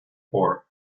for